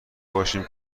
باشیم